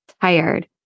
tired